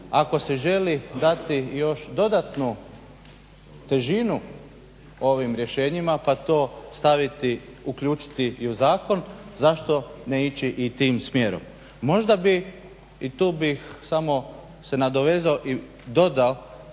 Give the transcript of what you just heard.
ako se želi dati još dodatnu težinu ovim rješenjima pa to staviti, uključiti i u zakon zašto ne ići i tim smjerom. Možda bi i tu bih samo se nadovezao i dodao